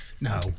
No